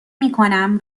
میکنم